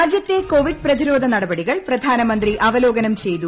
രാജ്യത്തെ കോവിഡ് പ്രതിരോധ നടപടികൾ പ്രധാനമന്ത്രി അവലോകനം ചെയ്തു